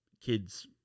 kid's